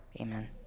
Amen